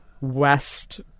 west